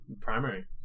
primary